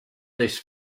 this